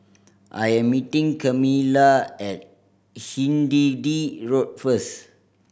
I am meeting Camila at Hindhede Road first